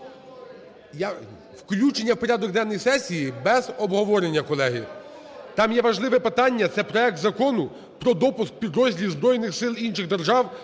Включення у порядок денний сесії без обговорення, колеги. Там є важливе питання – це проект Закону про допуск підрозділів збройних сил інших держав